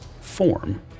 form